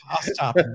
stop